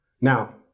Now